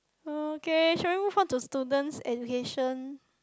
okay should I move on to student education